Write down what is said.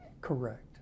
Correct